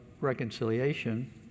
reconciliation